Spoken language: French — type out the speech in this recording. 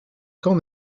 qu’en